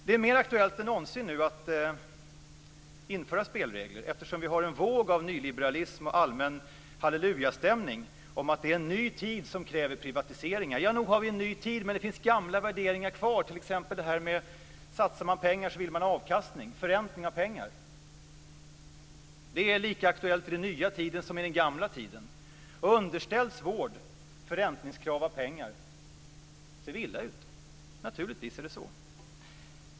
Det är mer aktuellt än någonsin att nu införa spelregler, eftersom vi har en våg av nyliberalism och allmän hallelujastämning om att det är en "ny tid" som kräver privatiseringar. Nog har vi en ny tid, men det finns gamla värderingar kvar, t.ex. att om man satsar pengar vill man ha avkastning, förräntning av pengar. Det är lika aktuellt i den nya tiden som i den gamla tiden. Underställs vården krav på förräntning av pengar är vi illa ute. Naturligtvis är det så.